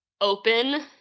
open